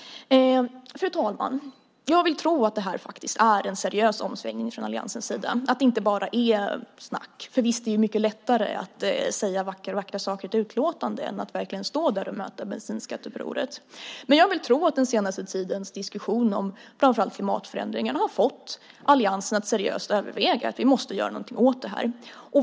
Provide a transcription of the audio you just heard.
Fru talman! Jag vill tro att det här faktiskt är en seriös omsvängning från alliansens sida och att det inte bara är snack. Visst är det mycket lättare att säga vackra saker i ett utlåtande än att verkligen stå där och möta bensinskatteupproret, men jag vill tro att den senaste tidens diskussion om framför allt klimatförändringarna har fått alliansen att seriöst överväga att göra någonting åt detta.